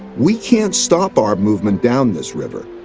we can't stop our movement down this river,